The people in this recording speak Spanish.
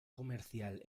comercial